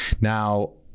Now